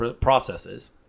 processes